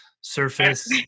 surface